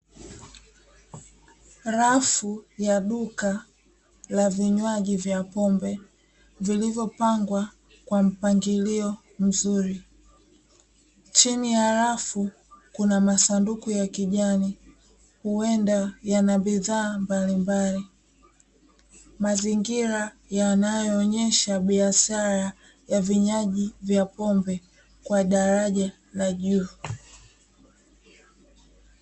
Rafu ya duka la vinywaji vya pombe vilivyopangwa kwa mpangilio mzuri, chini ya rafu kuna masanduku ya kijani huenda yana bidhaa mbalimbali, mazingira yanayoonyesha biashara ya vinywaji vya pombe kwa daraja la juu.